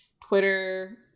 Twitter